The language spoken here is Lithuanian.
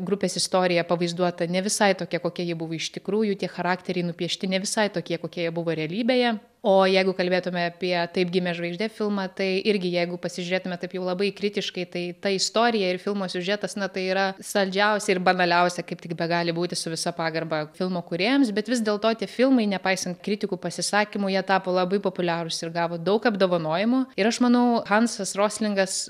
grupės istorija pavaizduota ne visai tokia kokia ji buvo iš tikrųjų tie charakteriai nupiešti ne visai tokie kokie jie buvo realybėje o jeigu kalbėtume apie taip gimė žvaigždė filmą tai irgi jeigu pasižiūrėtume taip jau labai kritiškai tai ta istorija ir filmo siužetas na tai yra saldžiausia ir banaliausia kaip tik begali būti su visa pagarba filmo kūrėjams bet vis dėl to tie filmai nepaisant kritikų pasisakymų jie tapo labai populiarūs ir gavo daug apdovanojimų ir aš manau hansas roslingas